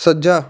ਸੱਜਾ